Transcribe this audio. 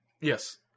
Yes